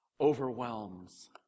overwhelms